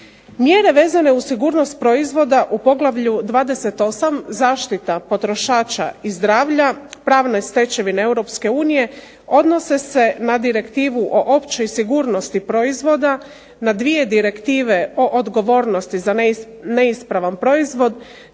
Mjere vezane uz sigurnost proizvoda u poglavlju 28. zaštita potrošača i zdravlja, pravne stečevine Europske unije, odnose se na direktivu o općoj sigurnosti proizvoda, na 2 direktive o odgovornosti za neispravan proizvod